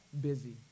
busy